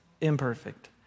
imperfect